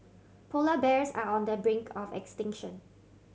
polar bears are on the brink of extinction